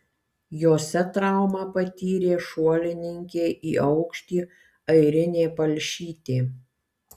jose traumą patyrė šuolininkė į aukštį airinė palšytė